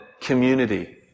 community